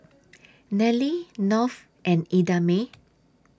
Nelie North and Idamae